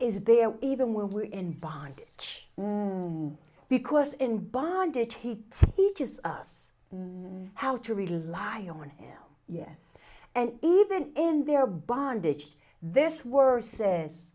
is there even when we are in bondage because in bondage he teaches us how to rely on him yes and even in their bondage this worse says